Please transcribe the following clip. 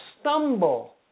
stumble